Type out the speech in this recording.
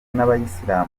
n’abayisilamu